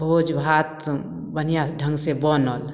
भोजभात बढ़िआँ ढङ्गसे बनल